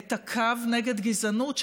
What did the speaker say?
את הקו נגד גזענות,